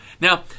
Now